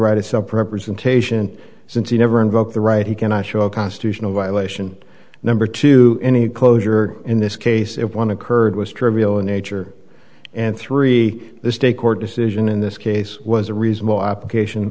rights up representation since he never invoked the right he cannot show a constitutional violation number two any closure in this case if one occurred was trivial in nature and three the state court decision in this case was a reasonable application